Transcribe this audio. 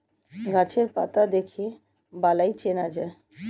গাছের পাতা দেখে বালাই চেনা যায়